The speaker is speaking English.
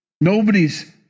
Nobody's